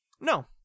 No